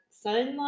sunlight